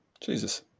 Jesus